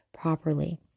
properly